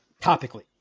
topically